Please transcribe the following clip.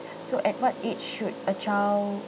so at what age should a child